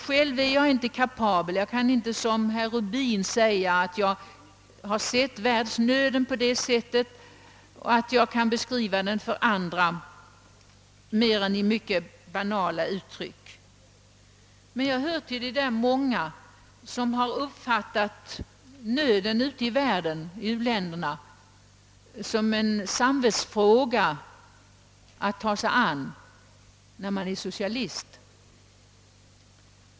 Själv kan jag inte heller, som herr Rubin, säga att jag har sett världsnöden på ett sådant sätt att jag är kapabel att beskriva den annat än i mycket banala uttryck. Men jag hör till de där många som har uppfattat nöden ute i världen, i u-länderna, som en samvetsfråga, vilken man måste ta sig an när man är socialist.